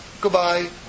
goodbye